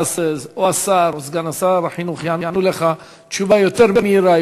ואז השר או סגן שר החינוך ייתנו לך תשובה יותר מהירה,